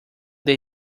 del